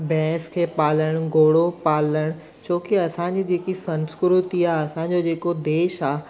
भैंस खे पालणु घोड़ो पालणु छोकी असांजी जेकी संस्कृति आहे असांजो जेको देश आहे